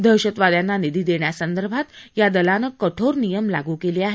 दहशतवाद्यांना निधी देण्यासंदर्भात या दलानं कठोर नियम लागू केले आहेत